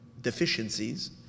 deficiencies